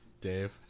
Dave